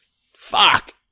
fuck